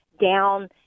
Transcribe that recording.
down